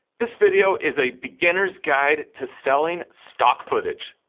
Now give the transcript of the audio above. this video is a beginner's guide to selling stock footage.